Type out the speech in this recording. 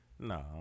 No